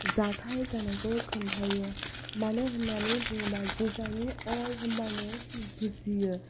जाथाय जानायखौ खोन्थायो मानो होननानै बुङोब्ला जुजाइनि अर होनब्लानो बुजियो